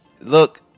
Look